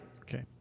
Okay